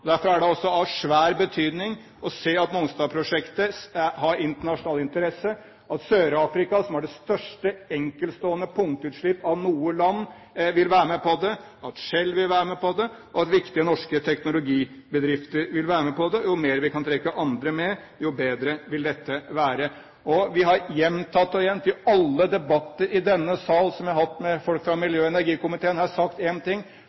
Derfor er det også av svær betydning å se at Mongstad-prosjektet har internasjonal interesse – at Sør-Afrika, som har det største enkeltstående punktutslipp av noe land, vil være med på det, at Shell vil være med på det, og at viktige norske teknologibedrifter vil være med på det. Jo mer vi kan trekke andre med, jo bedre vil dette være. Vi har gjentatt omtrent i alle debatter i denne sal som vi har hatt med folk fra energi- og miljøkomiteen, én ting: